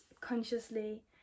consciously